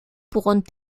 pourront